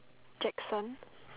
Jackson